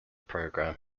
program